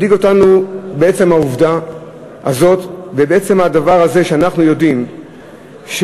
מדאיג אותנו בעצם העובדה הזאת ובעצם הדבר הזה שאנחנו יודעים שלהפוך